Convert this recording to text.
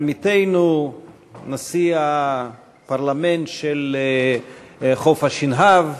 עמיתנו נשיא הפרלמנט של חוף-השנהב.